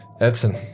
Edson